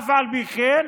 ואף על פי כן